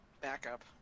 backup